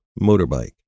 motorbike